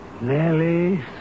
Nellie